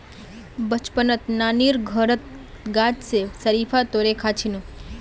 बचपनत नानीर घरत गाछ स शरीफा तोड़े खा छिनु